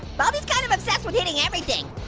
baldy's kind of obsessed with hitting everything.